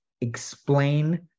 explain